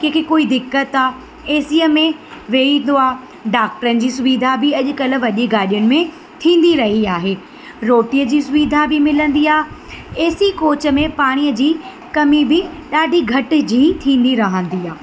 कंहिं खे कोई दिक़त थिए एसीअ में वेहंदो आहे डॉक्टरनि जी सुविधा बि अॼुकल्ह वॾी गाॾियुनि में थींदी रही आहे रोटीअ जी सुविधा बि मिलंदी आहे ए सी कोच में पाणीअ जी कमी बि ॾाढी घटिजी थींदी रहंदी आहे